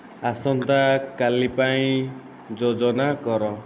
ଆସନ୍ତାକାଲି ପାଇଁ ଯୋଜନା କର